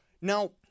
Now